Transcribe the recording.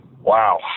Wow